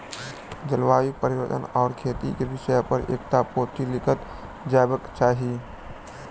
जलवायु परिवर्तन आ खेती के विषय पर एकटा पोथी लिखल जयबाक चाही